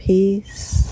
Peace